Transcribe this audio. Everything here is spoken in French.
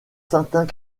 certains